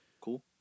cool